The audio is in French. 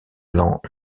allant